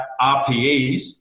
RPEs